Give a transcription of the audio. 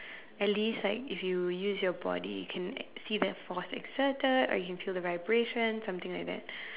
at least like if you use your body you can see the force exerted or you can feel the vibration something like that